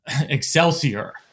Excelsior